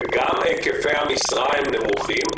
וגם היקפי המשרה נמוכים.